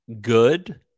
good